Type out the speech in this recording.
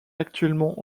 actuellement